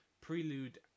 Prelude